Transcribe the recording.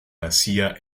hacía